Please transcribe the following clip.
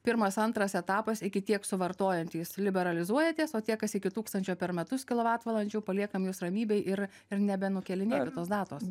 pirmas antras etapas iki tiek suvartojantys liberalizuojatės o tie kas iki tūkstančio per metus kilovatvalandžių paliekam jus ramybėj ir ir nebenukelinėti tos datos